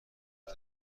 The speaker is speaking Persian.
دوگ